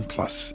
Plus